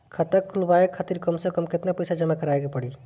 खाता खुलवाये खातिर कम से कम केतना पईसा जमा काराये के पड़ी?